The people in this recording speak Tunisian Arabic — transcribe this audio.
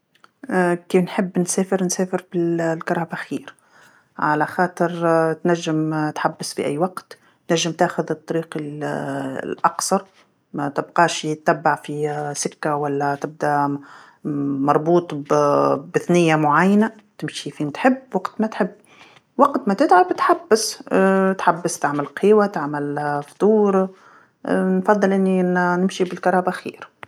كي نحب نسافر نسافر بال- الكرهبه خير، علاخاطر تنجم تحبس في أي وقت، تنجم تاخذ الطريق ال- الأقصر، ماتبقاش غي تبع في سكه ولا تبدا مربوط ب- بثنيه معينه، تمشي فين تحب وقت ما تحب، وقت ماتتعب تحبس، تحبس تعمل قهيوه تعمل فطور، نفضل أني ن-نمشي بالكرهبه خير.